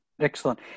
Excellent